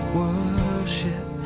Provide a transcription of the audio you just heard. worship